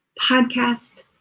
podcast